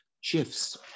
shifts